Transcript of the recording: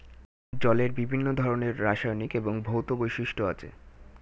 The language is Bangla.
জলের বিভিন্ন ধরনের রাসায়নিক এবং ভৌত বৈশিষ্ট্য আছে